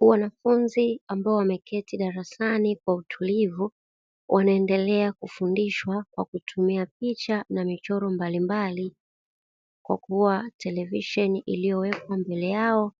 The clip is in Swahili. Wanafunzi ambao wameketi darasani kwa utulivu wanaendelea kufundishwa kwa kutumia picha na michoro mbalimbali, kwa kuwa televisheni iliyowekwa mbele yao